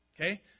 okay